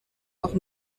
nach